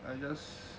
I just